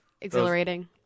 Exhilarating